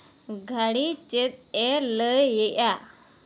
ᱜᱷᱚᱲᱤ ᱪᱮᱫ ᱮ ᱞᱟᱹᱭ ᱮᱫᱟ